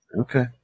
Okay